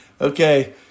okay